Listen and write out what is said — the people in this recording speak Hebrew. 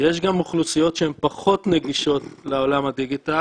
שיש גם אוכלוסיות שהן פחות נגישות לעולם הדיגיטל.